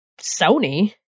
Sony